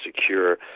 secure